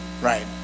Right